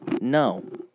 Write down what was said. No